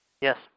Yes